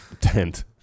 tent